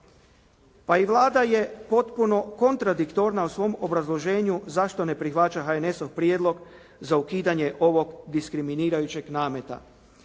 Pa i Vlada je potpuno kontradiktorna u svom obrazloženju zašto ne prihvaća HNS-ov prijedlog za ukidanje ovog diskriminirajućeg nameta.